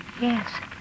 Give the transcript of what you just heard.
Yes